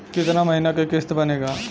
कितना महीना के किस्त बनेगा?